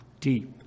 Deep